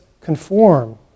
conform